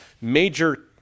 major